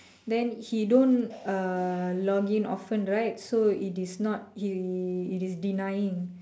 then he don't uh login often right so it is not he it is denying